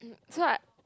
so I